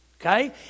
Okay